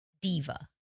diva